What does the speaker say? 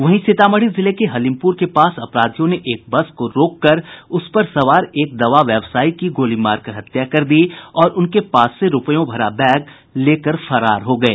वहीं सीतामढ़ी जिले के हलीमपुर के पास अपराधियों ने एक बस को रोक कर उस पर सवार एक दवा व्यावसायी की गोली मार कर हत्या कर दी और उनके पास से रूपयों भरा बैग लेकर फरार हो गये